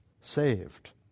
saved